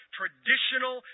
traditional